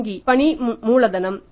வங்கி பணி மூலதனம்